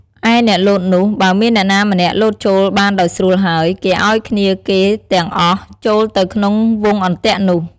ឯអ្នកលោតនោះ បើមានអ្នកណាម្នាក់លោតចូលបានដោយស្រួលហើយ គេឲ្យគ្នាគេទាំងអស់ចូលទៅក្នុងវង់អន្ទាក់នោះ។